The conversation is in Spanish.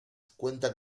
cuenta